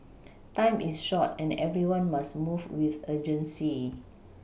time is short and everyone must move with urgency